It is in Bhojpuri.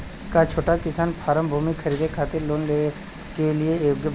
का छोटा किसान फारम भूमि खरीदे खातिर लोन के लिए योग्य बा?